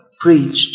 preached